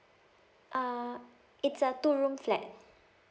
uh it's a two room flat